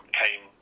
came